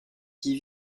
qui